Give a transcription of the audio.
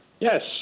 Yes